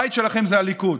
הבית שלכם זה הליכוד.